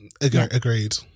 Agreed